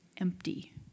empty